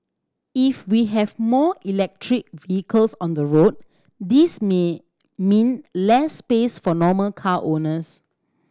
if we have more electric vehicles on the road this may mean less space for normal car owners